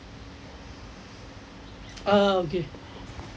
ah okay